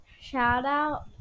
shout-out